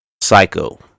Psycho